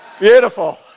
Beautiful